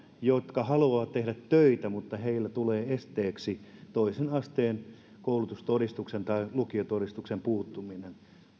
jotka haluavat tehdä töitä mutta joille tulee esteeksi toisen asteen koulutuksen todistuksen tai lukiotodistuksen puuttuminen